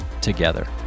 together